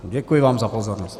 Děkuji vám za pozornost.